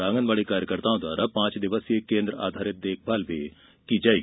आंगनबाड़ी कार्यकर्ताओं द्वारा पांच दिवसीय केन्द्र आधारित देखभाल की जायेगी